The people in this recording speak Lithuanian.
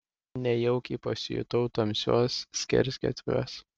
nejaukiai pasijutau tamsiuos skersgatviuos